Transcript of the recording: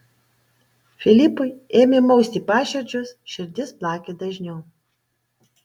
filipui ėmė mausti paširdžius širdis plakė dažniau